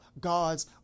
God's